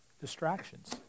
Distractions